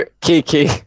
Kiki